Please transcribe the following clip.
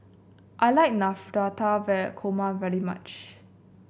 I like Navratan Korma very much